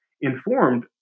informed